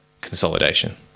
consolidation